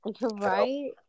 Right